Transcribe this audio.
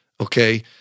okay